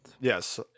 Yes